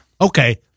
Okay